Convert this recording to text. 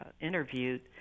interviewed